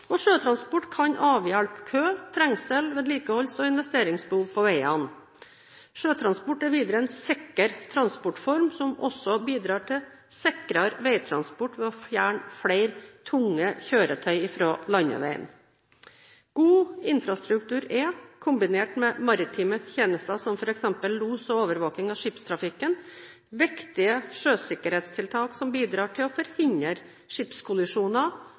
og sjøtransport kan avhjelpe kø, trengsel og vedlikeholds- og investeringsbehov på veiene. Sjøtransport er videre en sikker transportform som også bidrar til sikrere veitransport ved å fjerne flere tunge kjøretøy fra landeveien. God infrastruktur er – kombinert med maritime tjenester, som f.eks. los og overvåking av skipstrafikken – viktige sjøsikkerhetstiltak som bidrar til å forhindre skipskollisjoner,